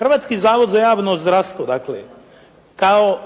Hrvatski zavod za javno zdravstvo dakle kao